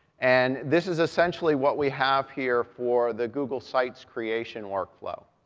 and this is essentially what we have here for the google sites creation work flow.